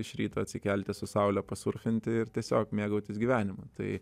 iš ryto atsikelti su saule pasurfinti ir tiesiog mėgautis gyvenimu tai